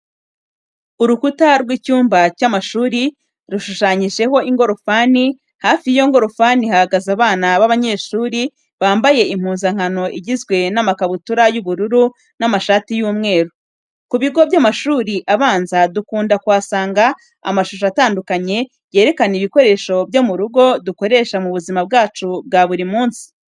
Urukuta rw'icyumba cy'amashuri rushushanyijeho ingorofani, hafi y'iyo ngorofani hahagaze abana b'abanyeshuri bambaye impuzankano igizwe n'amakabutura y'ubururu n'amashati y'umweru. Ku bigo by'amashuri abanza dukunda kuhasanga amashusho atandukanye yerekana ibikoresho byo mu rugo dukoresha mu buzima bwacu bwa buri munsi.